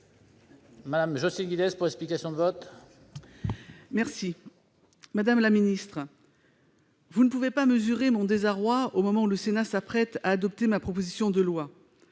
Mme Jocelyne Guidez, pour explication de vote. Madame la secrétaire d'État, vous ne pouvez pas mesurer mon désarroi, au moment où le Sénat s'apprête à adopter ma proposition de loi.